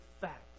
fact